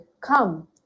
Come